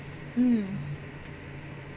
mm